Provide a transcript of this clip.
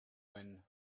when